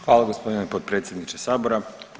Hvala gospodine potpredsjedniče Sabora.